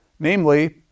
Namely